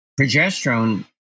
Progesterone